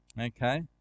okay